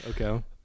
Okay